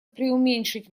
приуменьшить